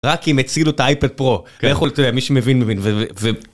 רק אם הצילו את האייפד פרו, יכול להיות, מי שמבין מבין.